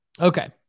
Okay